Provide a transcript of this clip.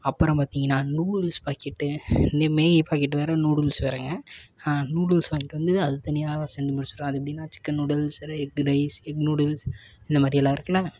அப்புறம் பார்த்தீங்கன்னா noodles packet இந்த மேகி பாக்கெட் வேறு நூடுல்ஸ் வேறுங்க நூடுல்ஸ் வாங்கிட்டு வந்து அதுக்கு தனியாக செஞ்சு முடிச்சுருவேன் அது எப்படின்னா சிக்கன் நூடுல்ஸ் ரை எக் ரைஸ் எக் நூடுல்ஸ் இந்த மாதிரியெல்லாம் இருக்கில்ல